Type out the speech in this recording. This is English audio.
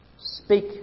Speak